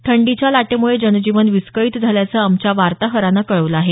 थंडीच्या लाटेमुळे जनजीवन विस्कळीत झाल्याचं आमच्या वार्ताहरानं कळवलं आहे